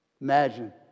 Imagine